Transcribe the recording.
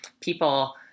People